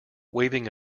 waving